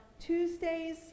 Tuesdays